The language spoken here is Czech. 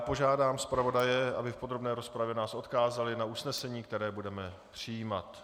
Požádám zpravodaje, aby nás v podrobné rozpravě odkázali na usnesení, které budeme přijímat.